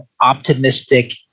optimistic